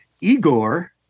Igor